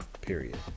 Period